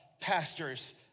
pastors